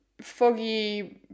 foggy